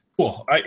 Cool